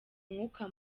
umwuka